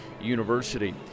University